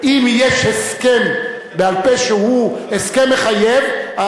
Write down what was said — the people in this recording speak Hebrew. אם יש הסכם בעל-פה שהוא הסכם מחייב,